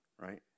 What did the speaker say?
right